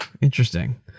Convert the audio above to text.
Interesting